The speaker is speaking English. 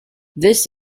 this